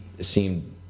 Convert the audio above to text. seemed